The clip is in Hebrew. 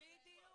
בדיוק.